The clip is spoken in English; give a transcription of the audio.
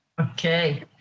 Okay